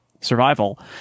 Survival